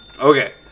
Okay